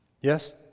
Yes